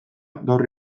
gaur